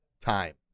time